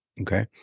Okay